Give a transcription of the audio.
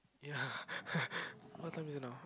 ya what time is it now